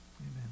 Amen